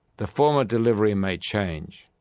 the form of delivery may change,